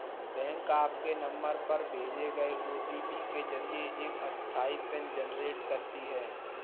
bank आपके number पर भेजे गए ओ.टी.पी के जरिए एक अस्थायी पिन जनरेट करते हैं